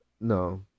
No